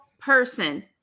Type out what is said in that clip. person